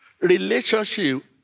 relationship